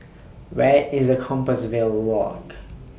Where IS The Compassvale Walk